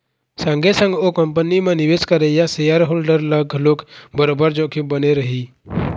संगे संग ओ कंपनी म निवेश करइया सेयर होल्डर ल घलोक बरोबर जोखिम बने रही